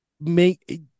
make